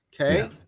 Okay